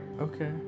Okay